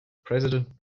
president